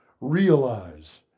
realize